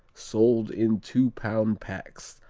sold in two-pound packs,